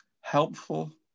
helpful